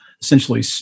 essentially